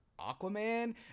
Aquaman